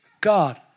God